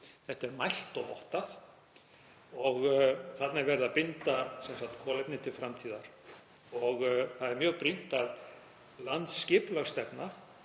Þetta er mælt og vottað og þarna er verið að binda kolefni til framtíðar. Það er mjög brýnt að landsskipulagsstefna